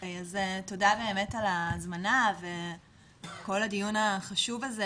אז תודה באמת ההזמנה וכל הדיון החשוב הזה,